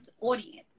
audience